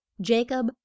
Jacob